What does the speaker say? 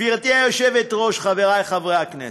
גברתי היושבת-ראש, חברי חברי הכנסת,